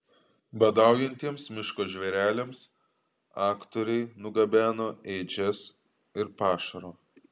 badaujantiems miško žvėreliams aktoriai nugabeno ėdžias ir pašaro